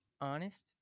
honest